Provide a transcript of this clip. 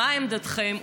מה עמדתכם.